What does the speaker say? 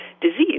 disease